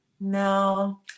No